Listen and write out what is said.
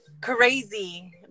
crazy